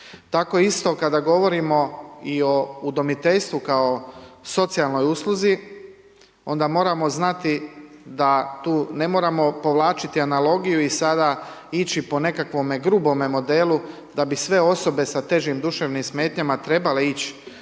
Tako isto kada govorimo i o udomiteljstvu kao socijalnoj usluzi onda moramo znati da tu ne moramo povlačiti analogiju i sada ići po nekakvome grubome modelu da bi sve osobe sa težim duševnih smetnjama trebale ić